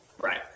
Right